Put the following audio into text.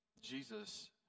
Jesus